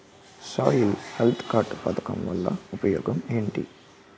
Soil health card పథకం వల్ల ఉపయోగం ఏంటి?